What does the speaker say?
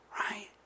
right